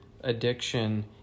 addiction